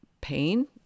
pain